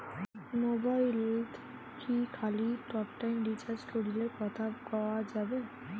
মোবাইলত কি খালি টকটাইম রিচার্জ করিলে কথা কয়া যাবে?